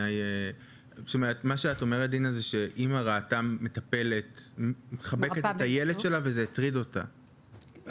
מה שאת אומרת זה שאימא ראתה מטפלת מחבקת את הילד שלה וזה הטריד אותה,